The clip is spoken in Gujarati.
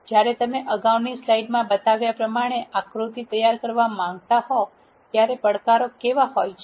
જ્યારે તમે અગાઉની સ્લાઇડમાં બતાવેલ આકૃતિ તૈયાર કરવા માંગતા હો ત્યારે પડકારો કેવા હોય છે